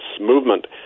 movement